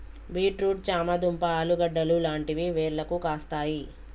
beet root చామ దుంప ఆలుగడ్డలు లాంటివి వేర్లకు కాస్తాయి